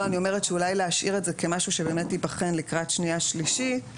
אני אומרת שאולי להשאיר את זה כמשהו שאולי ייבחן לקראת שנייה ושלישית,